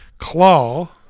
claw